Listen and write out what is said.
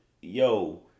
yo